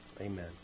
Amen